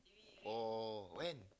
oh when